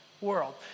world